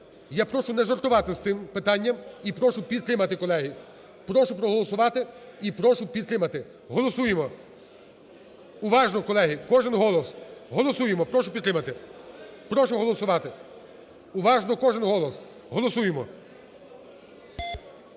Я прошу не жартувати з тим питанням і прошу підтримати, колеги. Прошу проголосувати і прошу підтримати. Голосуємо. Уважно, колеги! Кожен голос! Голосуємо. Прошу підтримати. Прошу голосувати. Уважно. Кожен голос! Голосуємо.